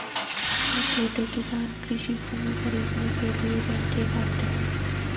क्या छोटे किसान कृषि भूमि खरीदने के लिए ऋण के पात्र हैं?